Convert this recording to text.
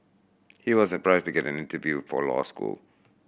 he was surprised get an interview for law school